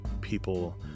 people